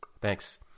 Thanks